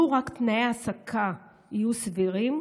לו רק תנאי ההעסקה היו סבירים,